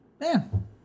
man